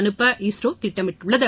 அனுப்ப இஸ்ரோ திட்டமிட்டுள்ளது